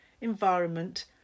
environment